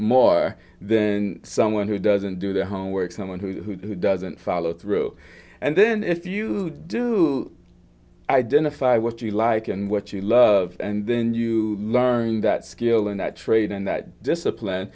more than someone who doesn't do their homework someone who doesn't follow through and then if you do identify what you like and what you love and then you learn that skill and that trait and that discipline